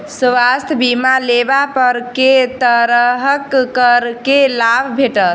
स्वास्थ्य बीमा लेबा पर केँ तरहक करके लाभ भेटत?